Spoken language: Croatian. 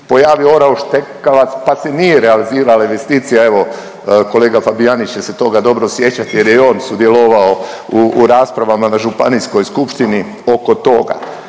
pojavio orao štekavac pa se nije realizirala investicija evo kolega Fabijanić će se toga dobro sjećat jer je i on sudjelovao u raspravama na županijskoj skupštini oko toga.